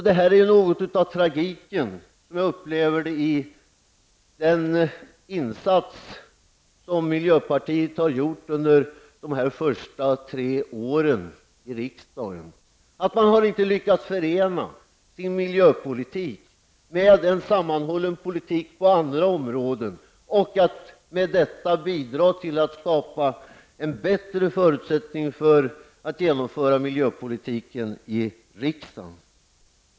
Det är något av tragiken som jag upplever i den insats miljöpartiet gjort under dessa första tre år i riksdagen. Man har inte lyckats förena sin miljöpolitik med en sammanhållen politik på andra områden och att därigenom bidra till att skapa bättre förutsättningar för att genomföra miljöpolitiken i riksdagen.